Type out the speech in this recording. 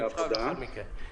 לאחר מכן.